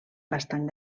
bastant